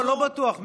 לא, לא בטוח,